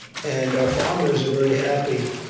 and our farmers are very happy.